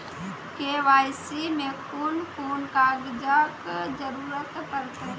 KYC मे कून कून कागजक जरूरत परतै?